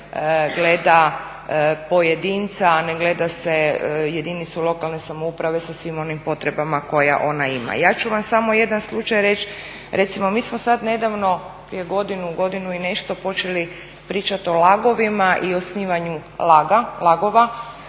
se gleda pojedinca, a ne gleda se jedinicu lokalne samouprave sa svim onim potrebama koje ona ima. Ja ću vam samo jedan slučaj reći. Recimo, mi smo sad nedavno prije godinu, godinu i nešto počeli pričati o lagovima i osnivanju lagova